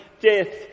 death